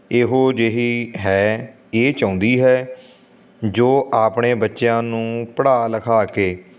ਇਹੋ ਜਿਹੀ ਹੈ ਇਹ ਚਾਹੁੰਦੀ ਹੈ ਜੋ ਆਪਣੇ ਬੱਚਿਆਂ ਨੂੰ ਪੜ੍ਹਾ ਲਿਖਾ ਕੇ